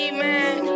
man